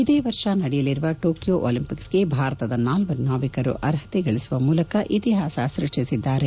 ಇದೇ ವರ್ಷ ನಡೆಯಲಿರುವ ಟೋಕಿಯೊ ಒಲಿಂಪಿಕ್ಸ್ಗೆ ಭಾರತದ ನಾಲ್ವರು ನಾವಿಕರು ಅರ್ಹತೆ ಗಳಿಸುವ ಮೂಲಕ ಇತಿಹಾಸ ಸೃಷ್ಟಿಸಿದ್ದಾರೆ